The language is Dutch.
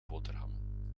boterhammen